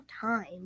time